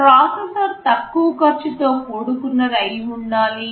processor తక్కువ ఖర్చుతో కూడుకున్నది అయి ఉండాలి